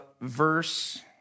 verse